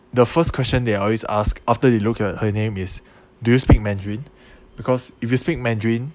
the first question they always ask after they look at her name is do you speak mandarin because if you speak mandarin